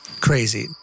crazy